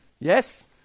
Yes